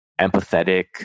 empathetic